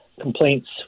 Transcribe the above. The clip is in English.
complaints